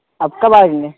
آپ کب آئیں گے